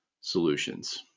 solutions